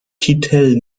titel